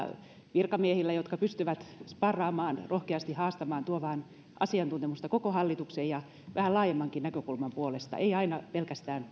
virkamiehillä jotka pystyvät sparraamaan rohkeasti haastamaan tuomaan asiantuntemusta koko hallitukseen ja vähän laajemmankin näkökulman puolesta ei aina pelkästään